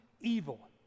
evil